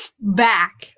back